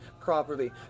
properly